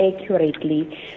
accurately